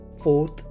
fourth